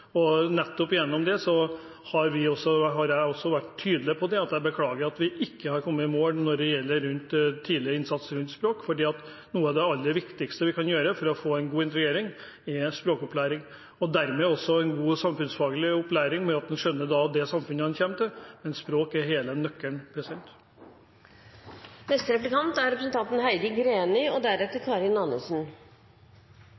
Nettopp gjennom det har jeg også vært tydelig på at jeg beklager at vi ikke har kommet i mål når det gjelder tidlig innsats rundt språk, for noe av det aller viktigste vi kan gjøre for å få en god integrering, er å gi språkopplæring og dermed også en god samfunnsfaglig opplæring ved at en skjønner det samfunnet en kommer til. Språk er hele nøkkelen.